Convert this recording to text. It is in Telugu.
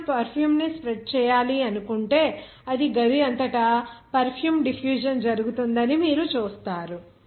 మీరు పెర్ఫ్యూమ్ ను స్ప్రెడ్ చేయాలి అనుకుంటే గది అంతటా పెర్ఫ్యూమ్ డిఫ్యూషన్ జరిగిందని మీరు చూస్తారు